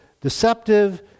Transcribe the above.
deceptive